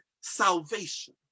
salvation